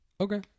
Okay